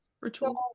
rituals